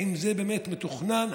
האם זה באמת מתוכנן?